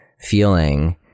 feeling